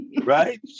right